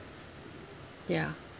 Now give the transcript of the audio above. ya